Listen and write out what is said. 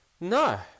No